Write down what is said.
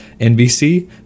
nbc